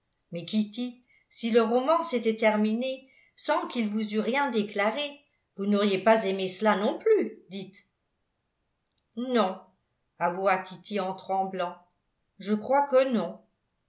si le roman s'était terminé sans qu'il vous eût rien déclaré vous n'auriez pas aimé cela non plus dites non avoua kitty en tremblant je crois que non